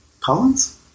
Collins